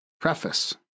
Preface